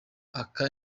aka